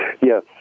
Yes